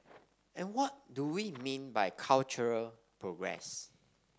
and what do we mean by cultural progress